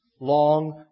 long